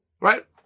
right